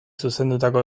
zuzendutako